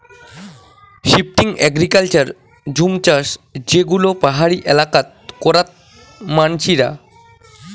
shifting agriculture জুম চাষ যে গুলো পাহাড়ি এলাকাত করাত মানসিরা